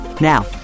Now